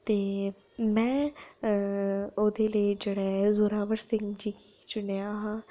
एह् में ओह्दे लेई जेह्ड़ा ऐ जोरावर सिंह जी गी चुनेआ